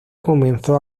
comenzó